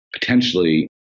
potentially